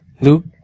Luke